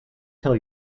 tell